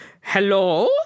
Hello